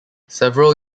several